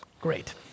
Great